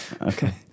Okay